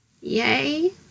yay